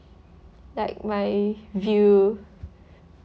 like my view